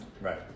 Right